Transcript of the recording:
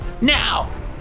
Now